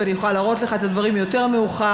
ואני יכולה להראות לך את הדברים יותר מאוחר,